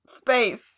space